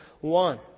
one